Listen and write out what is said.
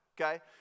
okay